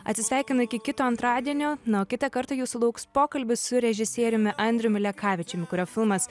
atsisveikinu iki kito antradienio na o kitą kartą jūsų lauks pokalbis su režisieriumi andriumi lekavičiumi kurio filmas